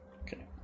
Okay